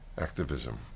activism